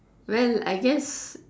well I guess